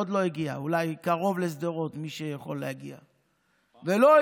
היא עוד לא הגיעה, אולי